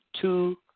two